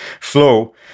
flow